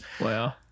Wow